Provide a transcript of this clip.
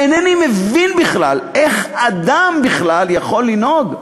אינני מבין בכלל איך אדם בכלל יכול לנהוג כך.